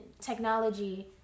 technology